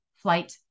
flight